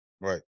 Right